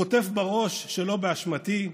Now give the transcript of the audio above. חוטף בראש שלא באשמתי.